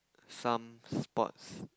some sports